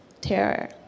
terror